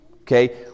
Okay